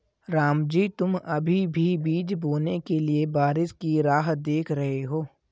रामजी तुम अभी भी बीज बोने के लिए बारिश की राह देख रहे हो?